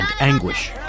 anguish